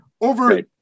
over